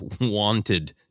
wanted